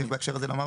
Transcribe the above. צריך בהקשר הזה לומר,